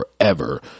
forever